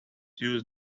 use